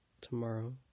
tomorrow